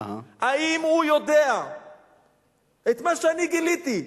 האם הוא יודע את מה שאני גיליתי,